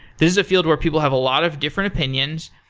this is a field where people have a lot of different opinions,